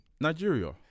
Nigeria